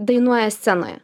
dainuoja scenoje